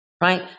Right